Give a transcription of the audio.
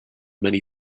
many